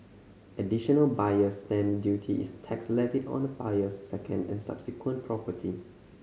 Additional Buyer's Stamp Duty is tax levied on a buyer's second and subsequent property